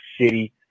shitty